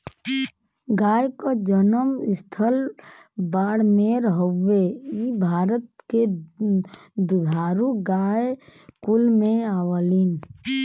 गाय क जनम स्थल बाड़मेर हउवे इ भारत के दुधारू गाय कुल में आवलीन